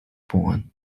born